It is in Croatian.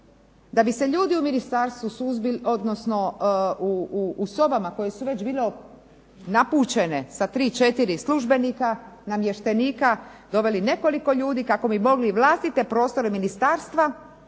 da bi se ljudi u ministarstvu, odnosno u sobama koje su već bile napučene sa 3, 4 službenika, namještenika, doveli nekoliko ljudi kako bi mogli vlastite prostore ministarstva